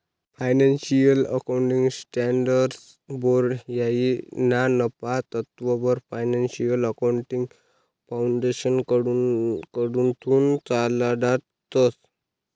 financial accounting standards board हायी ना नफा तत्ववर फायनान्शियल अकाउंटिंग फाउंडेशनकडथून चालाडतंस